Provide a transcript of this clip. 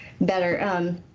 better